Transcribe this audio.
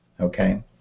Okay